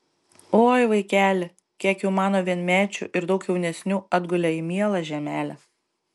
oi vaikeli kiek jau mano vienmečių ir daug jaunesnių atgulė į mielą žemelę